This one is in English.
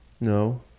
No